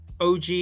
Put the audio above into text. OG